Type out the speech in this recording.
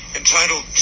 entitled